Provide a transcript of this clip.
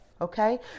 Okay